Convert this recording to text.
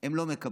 הם לא מקבלים.